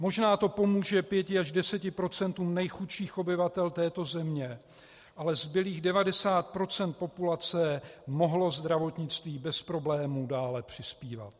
Možná to pomůže pěti až deseti procentům nejchudších obyvatel této země, ale zbylých 90 % populace mohlo zdravotnictví bez problémů dále přispívat.